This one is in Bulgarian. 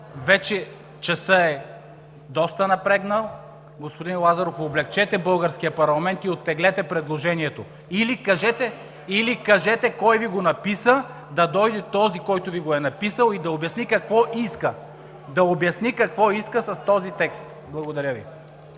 вече часът е доста напреднал. Господин Лазаров, облекчете българския парламент и оттеглете предложението или кажете кой Ви го написа. Да дойде този, който Ви го е написал, и да обясни какво иска с този текст. Благодаря Ви.